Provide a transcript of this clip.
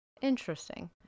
interesting